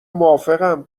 موافقم